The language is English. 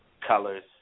colors